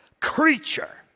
creature